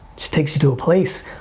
just takes you to a place.